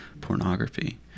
pornography